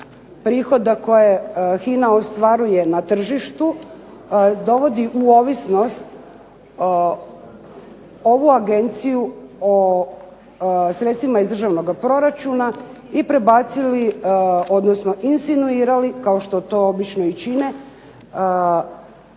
prihoda koje HINA ostvaruje na tržištu dovodi u ovisnost ovu agenciju o sredstvima iz državnoga proračuna i prebacili, odnosno insinuirali kao što to obično i čine,